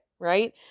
Right